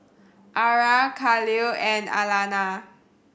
Ara Kahlil and Alana